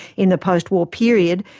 in the post-war period,